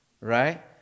Right